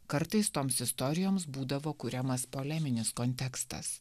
kartais toms istorijoms būdavo kuriamas poleminis kontekstas